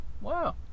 Wow